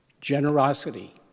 generosity